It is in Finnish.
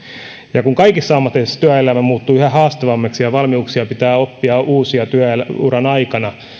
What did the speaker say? ja kun kaikissa ammateissa työelämä muuttuu yhä haastavammaksi ja uusia valmiuksia pitää oppia työuran aikana